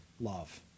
love